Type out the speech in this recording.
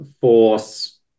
Force